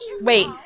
Wait